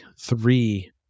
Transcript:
three